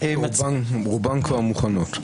רובן כבר מוכנות.